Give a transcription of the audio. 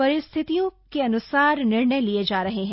परिस्थितियों के अन्सार निर्णय लिये जा रहे हैं